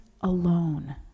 alone